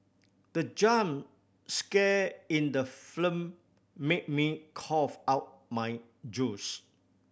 the jump scare in the film made me cough out my juice